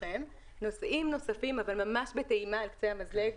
נושאים נוספים ממש על קצה המזלג.